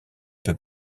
peut